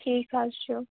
ٹھیٖک حظ چھُ